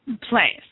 place